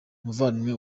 umuvandimwe